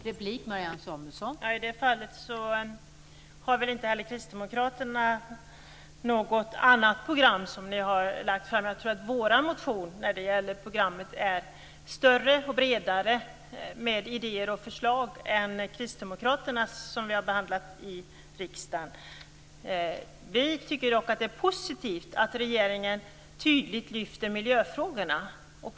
Fru talman! I det fallet har väl inte heller Kristdemokraterna något annat program som ni har lagt fram. Jag tror att vår motion när det gäller programmet är större och bredare med idéer och förslag än Kristdemokraternas, som vi har behandlat i riksdagen. Vi tycker dock att det är positivt att regeringen tydligt lyfter fram miljöfrågorna.